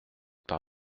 par